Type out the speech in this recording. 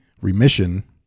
remission